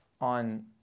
on